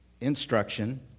instruction